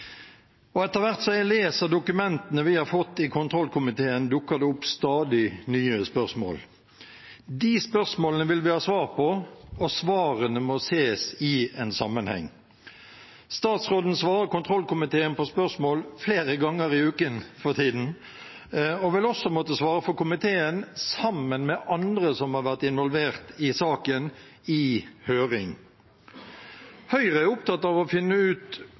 og etter hvert som jeg leser dokumentene vi har fått i kontrollkomiteen, dukker det opp stadig nye spørsmål. De spørsmålene vil vi ha svar på, og svarene må ses i sammenheng. Statsråden svarer kontrollkomiteen på spørsmål flere ganger i uken for tiden og vil i høringen også måtte svare for komiteen sammen med andre som har vært involvert i saken. Høyre er opptatt av å finne ut